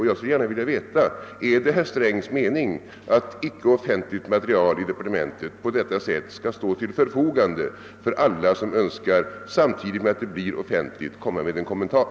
Jag skulle gärna vilja veta om det är herr Strängs mening, att icke offentligt material inom departementet på detta sätt skall stå till förfogande för alla som samtidigt som det blir offentligt önskar ge ut en kommentar.